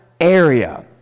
area